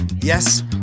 Yes